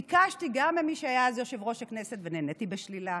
ביקשתי גם ממי שהיה אז יושב-ראש הכנסת ונעניתי בשלילה,